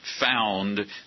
found